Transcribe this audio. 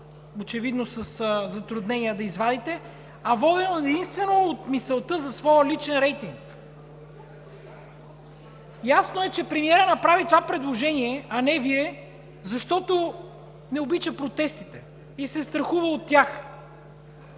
очевидно със затруднение да извадите, а воден единствено от мисълта за своя личен рейтинг. Ясно е, че премиерът направи това предложение, а не Вие, защото не обича протестите и се страхува от тях.